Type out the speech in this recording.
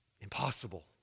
Impossible